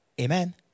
Amen